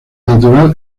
natural